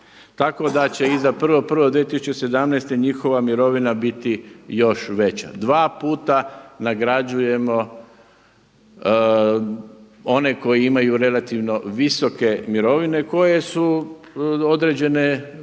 tako da će iza 1.1.2017. njihova mirovina biti još veća. Dva puta nagrađujemo one koji imaju relativno visoke mirovine koje su određene